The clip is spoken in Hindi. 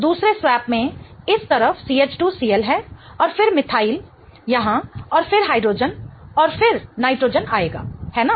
दूसरे स्वैप में इस तरफ CH2Cl है और फिर मिथाइल यहां और फिर हाइड्रोजन और फिर नाइट्रोजन आएगा है ना